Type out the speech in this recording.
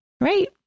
Right